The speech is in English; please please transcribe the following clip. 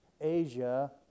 Asia